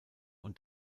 und